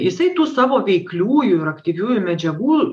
jisai tų savo veikliųjų ir aktyviųjų medžiagų